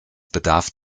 bedarf